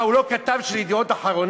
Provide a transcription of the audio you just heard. מה, הוא לא כתב של "ידיעות אחרונות"?